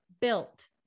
built